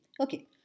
Okay